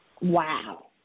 Wow